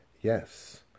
Yes